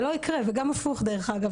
גם הפוך דרך אגב,